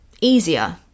easier